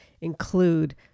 include